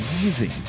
amazing